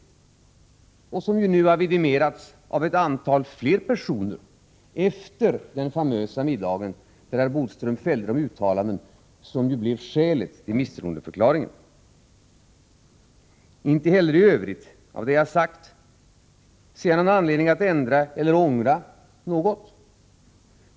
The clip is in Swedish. Detta har ju vidimerats av ytterligare ett antal personer, efter den famösa middagen där herr Bodström fällde de uttalanden som blev skälet till yrkandet om misstroendeförklaring. Inte heller i fråga om det jag i övrigt har sagt ser jag någon anledning att ändra eller ångra något.